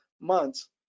months